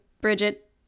Bridget